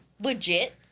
legit